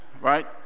right